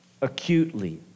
acutely